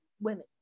women